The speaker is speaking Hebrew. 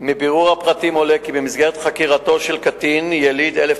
והסביר לשוטרים כי הוא שונא את